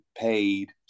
paid